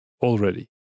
already